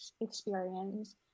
experience